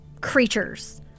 creatures